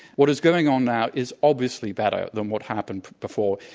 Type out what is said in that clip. what is going on now is obviously better than what happened before.